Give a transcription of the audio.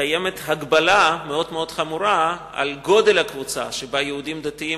קיימת הגבלה מאוד-מאוד חמורה על גודל הקבוצה שבה יהודים דתיים,